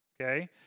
Okay